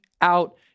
out